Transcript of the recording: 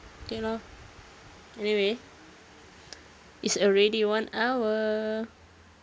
okay lah anyway it's already one hour